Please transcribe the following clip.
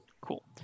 Cool